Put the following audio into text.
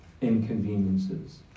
inconveniences